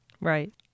Right